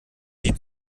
die